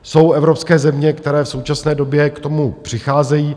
Jsou evropské země, které v současné době k tomu přicházejí.